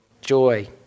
Joy